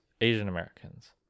Asian-Americans